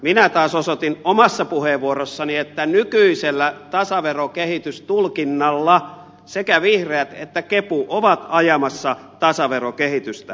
minä taas osoitin omassa puheenvuorossani että nykyisellä tasaverokehitystulkinnalla sekä vihreät että kepu ovat ajamassa tasaverokehitystä